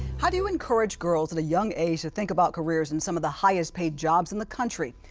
how do you encourage girls at a young age to think about careers in some of the highest paid jobs in the country?